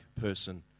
person